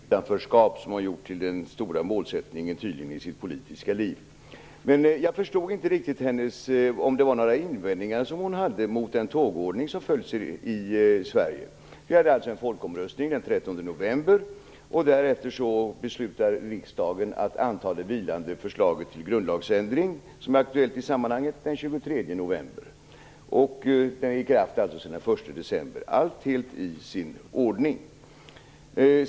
Herr talman! Birgitta Hambraeus fortsätter att plädera för det utanförskap som hon tydligen har gjort till den stora målsättningen i sitt politiska liv. Men jag förstod inte riktigt om hon hade några invändningar mot den tågordning som följs i Sverige. Vi hade alltså en folkomröstning den 13 november. Därefter beslutade riksdagen att anta det vilande förslaget till grundlagsändring som är aktuellt i sammanhanget den 23 november, vilken trädde i kraft den 1 december. Allt har varit helt i sin ordning.